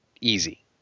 easy